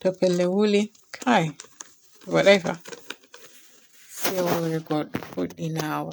To pellel wooli kai waday fa se hoore godɗo fuɗɗi nawoogo.